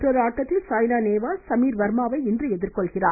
மற்றொரு ஆட்டத்தில் சாய்னா நேவால் இன்று சமீர் வர்மாவை எதிர்கொள்கிறார்